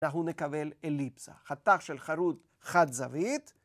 אנחנו נקבל אליפסה, חתך של חרוט חד-זווית.